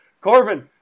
Corbin